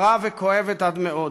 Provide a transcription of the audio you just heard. וכואבת עד מאוד